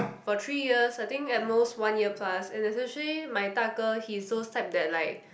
for three years I think at most one year plus and there's actually my 大哥 he's those type that like